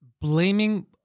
blaming